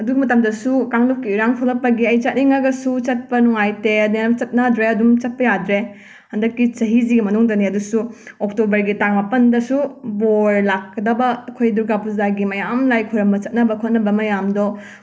ꯑꯗꯨ ꯃꯇꯝꯗꯁꯨ ꯀꯥꯡꯂꯨꯞꯀꯤ ꯏꯔꯥꯡ ꯊꯣꯔꯛꯄꯒꯤ ꯑꯩ ꯆꯠꯅꯤꯡꯉꯒꯁꯨ ꯆꯠꯄ ꯅꯨꯉꯥꯏꯇꯦ ꯃꯌꯥꯝ ꯆꯠꯅꯗ꯭ꯔꯦ ꯑꯗꯨꯝ ꯆꯠꯄ ꯌꯥꯗ꯭ꯔꯦ ꯍꯟꯗꯛꯀꯤ ꯆꯍꯤꯁꯤ ꯃꯅꯨꯡꯗꯅꯦ ꯑꯗꯨꯁꯨ ꯑꯣꯛꯇꯣꯕꯔꯒꯤ ꯇꯥꯡ ꯃꯥꯄꯟꯗꯁꯨ ꯕꯣꯔ ꯂꯥꯛꯀꯗꯕꯑꯩꯈꯣꯏ ꯗꯨꯔꯒꯥ ꯄꯨꯖꯥꯒꯤ ꯃꯌꯥꯝ ꯂꯥꯏꯈꯨꯔꯝꯕ ꯆꯠꯅꯕ ꯈꯣꯠꯅꯕ ꯃꯌꯥꯝꯗꯣ